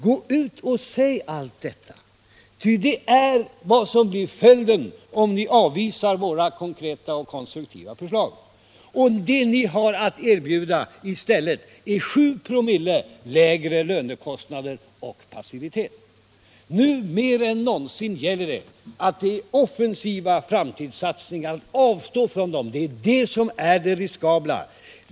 Gå ut och säg allt detta, ty det är vad som blir följden om ni avvisar våra konkreta och konstruktiva förslag. Det som ni har att erbjuda i stället är lägre lönekostnader och passivitet. Nu mer än någonsin gäller det att göra offensiva framtidssatsningar. Att avstå från dessa är det som är riskabelt.